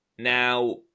Now